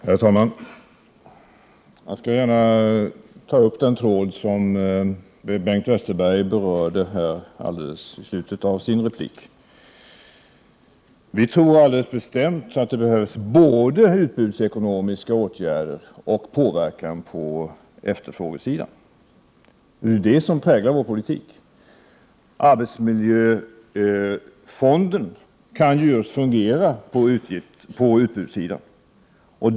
Herr talman! Jag skall gärna ta upp den tråd som löpte genom slutet av Bengt Westerbergs replik. Vi tror alldeles bestämt att det behövs både utbudsekonomiska åtgärder och påverkan på efterfrågesidan. Det är det som präglar vår politik. Arbetsmiljöfonden kan fungera just på utbudssidan.